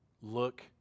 Look